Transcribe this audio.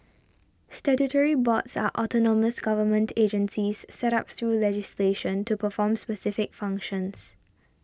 statutory boards are autonomous government agencies set up through legislation to perform specific functions